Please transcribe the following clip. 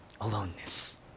aloneness